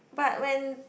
but when